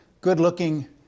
good-looking